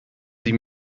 sie